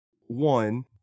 one